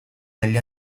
negli